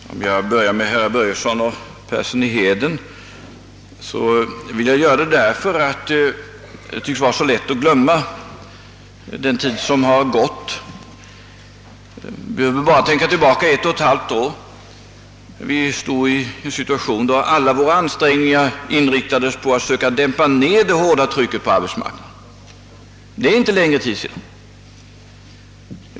Herr talman! Om jag börjar med herr Börjesson och herr Persson i Heden är anledningen att de tycks ha så lätt att glömma den tid som har gått. Vi behöver bara gå tillbaka ett och ett halvt år. Då stod vi i den situationen att alla våra ansträngningar inriktades på att söka dämpa ned det hårda tryc ket på arbetsmarknaden. Det är inte längre tid sedan den situationen förelåg.